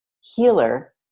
healer